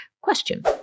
Question